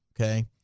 Okay